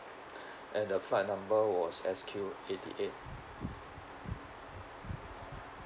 and the flight number was S_Q eighty eight